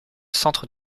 centre